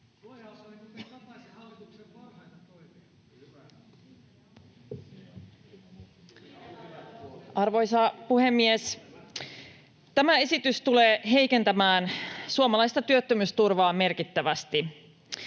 Arvoisa puhemies! Tämä esitys tulee heikentämään suomalaista työttömyysturvaa merkittävästi.